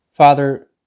Father